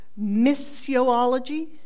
missiology